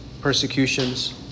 Persecutions